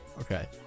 Okay